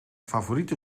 favoriete